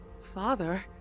Father